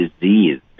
disease